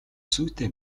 зүйтэй